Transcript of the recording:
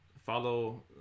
Follow